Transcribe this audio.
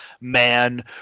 man